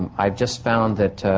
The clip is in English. um i've just found that